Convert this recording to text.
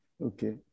okay